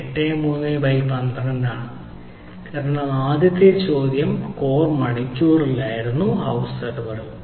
83 by 12 ആണ് കാരണം ആദ്യത്തെ ചോദ്യം കോർ മണിക്കൂർ ആയിരുന്നു ഹൌസ് സെർവറിൽ